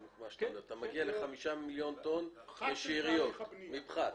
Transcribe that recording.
אתה מגיע לחמישה מיליון טון משאריות, מפחת.